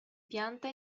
pianta